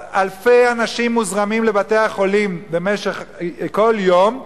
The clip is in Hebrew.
אז אלפי אנשים מוזרמים לבתי-החולים במשך כל יום,